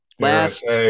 last